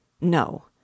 No